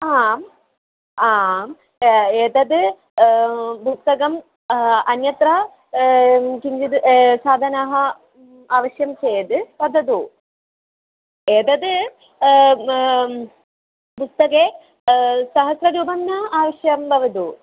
आम् आम् एतद् पुस्तकम् अन्यत्र किञ्चित् साधनाः अवश्यं चेद् वदतु एतद् पुस्तके सहस्ररूप्यकम् आवश्यं भवतु